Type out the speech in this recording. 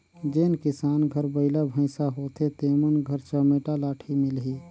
जेन किसान घर बइला भइसा होथे तेमन घर चमेटा लाठी मिलही